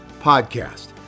podcast